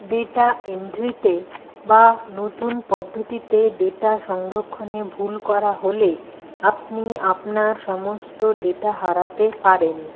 data এন্ট্রিতে বা নতুন পদ্ধতিতে ডেটা সংরক্ষণে ভুল করা হলে আপনি আপনার সমস্ত ডেটা হারাতে পারেন